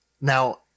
Now